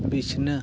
ᱵᱤᱪᱷᱱᱟᱹ